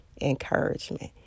encouragement